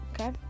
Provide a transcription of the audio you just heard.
Okay